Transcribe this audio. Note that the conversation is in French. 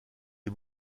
les